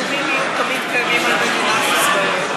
איומים יהיו תמיד קיימים על מדינת ישראל.